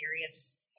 serious